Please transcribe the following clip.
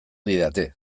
didate